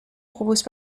propose